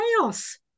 chaos